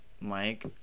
mike